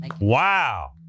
Wow